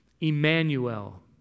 Emmanuel